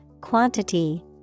quantity